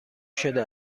شده